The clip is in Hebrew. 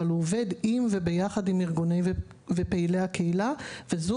אבל הוא עובד עם וביחד עם ארגונים ופעילי הקהילה וזו